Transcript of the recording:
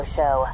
Show